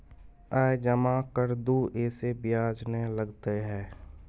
आय जमा कर दू ऐसे ब्याज ने लगतै है?